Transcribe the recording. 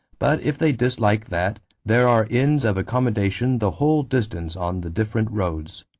but if they dislike that, there are inns of accommodation the whole distance on the different roads.